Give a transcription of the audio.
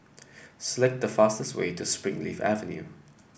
select the fastest way to Springleaf Avenue